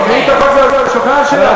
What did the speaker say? תקראי את החוק, זה על השולחן שלך.